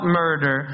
murder